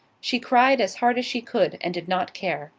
she cried as hard as she could and did not care